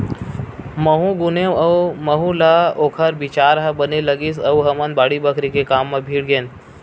महूँ गुनेव अउ महूँ ल ओखर बिचार ह बने लगिस अउ हमन बाड़ी बखरी के काम म भीड़ गेन